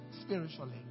spiritually